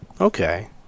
okay